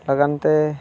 ᱞᱟᱹᱜᱤᱫᱛᱮ